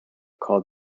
called